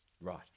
Right